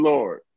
Lord